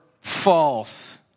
false